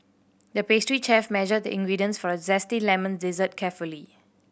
the pastry chef measured the ingredients for a zesty lemon dessert carefully